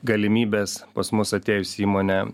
galimybes pas mus atėjus į įmonę